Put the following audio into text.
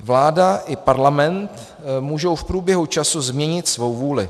Vláda i Parlament můžou v průběhu času změnit svou vůli.